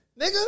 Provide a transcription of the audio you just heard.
nigga